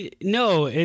No